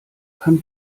kann